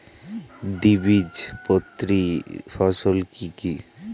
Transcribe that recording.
দ্বিবীজপত্রী ফসল কি কি?